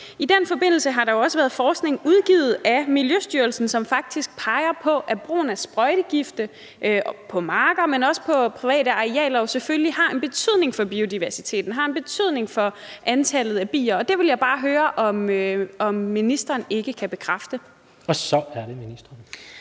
I den forbindelse har der jo også været forskning udgivet af Miljøstyrelsen, som faktisk peger på, at brugen af sprøjtegifte på marker, men også på private arealer, selvfølgelig har en betydning for biodiversiteten, har en betydning for antallet af bier, og det vil jeg bare høre om ikke ministeren kan bekræfte. Kl. 16:15 Tredje næstformand